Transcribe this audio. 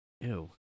ew